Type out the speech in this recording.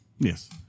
Yes